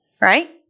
Right